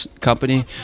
company